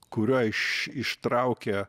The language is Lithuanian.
kuriuo iš ištraukė